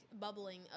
bubbling